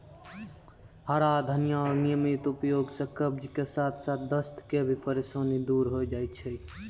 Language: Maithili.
हरा धनिया के नियमित उपयोग सॅ कब्ज के साथॅ साथॅ दस्त के परेशानी भी दूर होय जाय छै